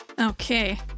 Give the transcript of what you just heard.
Okay